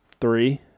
Three